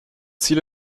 ziel